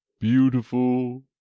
beautiful